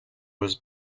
was